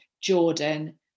Jordan